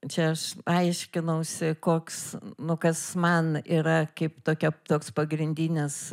čia aš aiškinausi koks nu kas man yra kaip tokia toks pagrindinis